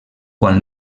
quan